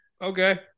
okay